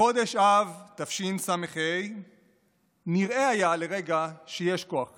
בחודש אב תשס"ה נראה היה לרגע שיש כוח כזה.